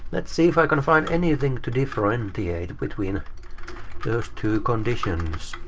let's see if i can find anything to differentiate between those two conditions.